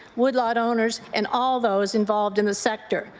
woodlot owners and all those involved in the sector.